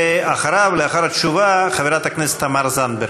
ואחריו, לאחר התשובה, חברת הכנסת תמר זנדברג.